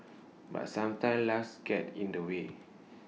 but sometimes life's get in the way